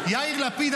יאיר לפיד,